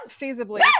feasibly